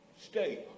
state